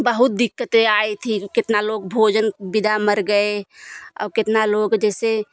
बहुत दिक्कतें आई थी कितना लोग भोजन बिना मर गए और कितना लोग जैसे